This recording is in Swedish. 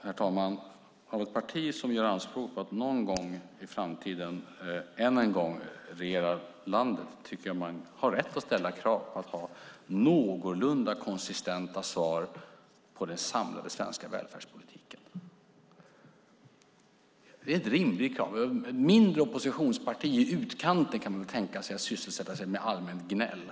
Herr talman! Av ett parti som gör anspråk på att någon gång i framtiden än en gång regera landet har man rätt att ställa krav på att få någorlunda konsistenta svar om den samlade svenska välfärdspolitiken. Det är ett rimligt krav. Ett mindre oppositionsparti i utkanten kan tänkas sysselsätta sig med allmänt gnäll.